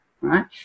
right